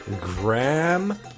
graham